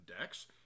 decks